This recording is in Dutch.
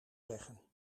zeggen